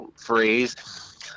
phrase